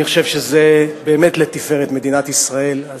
אני חושב שזה באמת לתפארת מדינת ישראל.